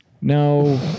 no